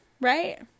right